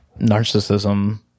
narcissism